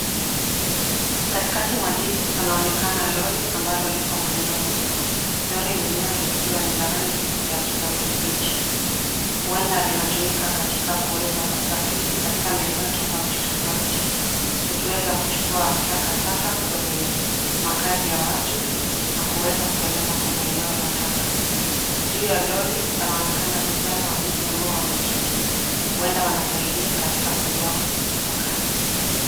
Katikati mwa jiji panaonekana lori ambalo lipo mwendoni. Lori lenyewe likiwa ni la rangi ya kijani kibichi ,huenda linatumika katika kuweza kusafiri katika meneo tofauti tofauti, likiweza kuchukua takataka kwenye makazi ya watu na kuweza kupeleka kwenye eneo la taka. Juu ya lori panaonekana vijana wawili ambao wameketi huenda wanasaidia katika kuzoa taka hizo.